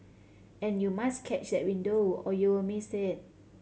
and you must catch that window or you'll miss it